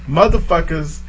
motherfuckers